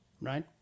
right